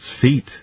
feet